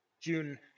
June